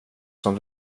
som